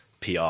PR